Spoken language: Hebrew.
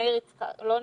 לא נמצא,